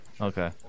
Okay